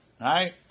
right